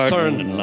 Turned